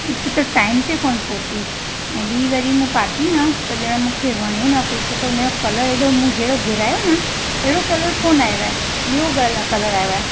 इक त टाइम ते कोन पहुती ऐं ॿी वरी मूं पाती न त ॼणु मूंखे वणे न पई छो त हुनजो कलर मूं जहिड़ो घुरायो न अहिड़ो कलर कोन आयो आहे ॿियो गल कलर आयो आहे